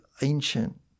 ancient